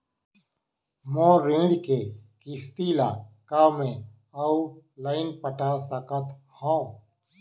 मोर ऋण के किसती ला का मैं अऊ लाइन पटा सकत हव?